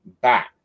back